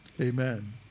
Amen